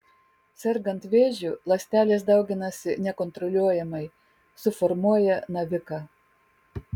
sergant vėžiu ląstelės dauginasi nekontroliuojamai suformuoja naviką